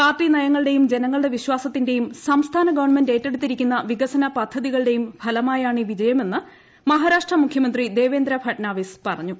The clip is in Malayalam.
പാർട്ടിനയങ്ങളുടെയും ജനങ്ങളുടെ വിശ്വാസത്തിന്റെയും സംസ്ഥാന ഗവൺമെന്റ് ഏറ്റെടുത്തിരിക്കുന്ന വികസന പദ്ധതികളുടെയും ഫലമായാണ് ഈ വിജയമെന്ന് മഹാരാഷ്ട്ര മുഖ്യമന്ത്രി ദേവേന്ദ്ര ഫട്നാവിസ് പറഞ്ഞു